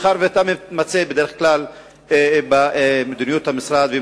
מאחר שאתה מתמצא ומעורב בדרך כלל במדיניות המשרד,